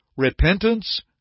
Repentance